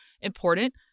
important